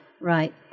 right